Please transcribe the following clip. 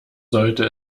sollte